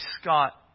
Scott